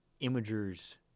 imagers